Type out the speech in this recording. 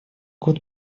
год